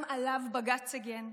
גם עליו בג"ץ הגן,